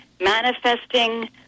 manifesting